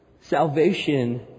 Salvation